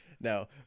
No